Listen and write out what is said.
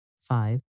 five